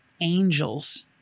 angels